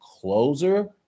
closer